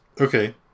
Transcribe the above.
Okay